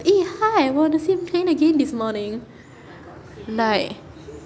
eh hi we are on the same train again this morning like